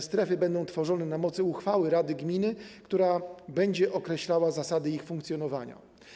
Strefy będą tworzone na mocy uchwały rady gminy, która będzie określała zasady ich funkcjonowania.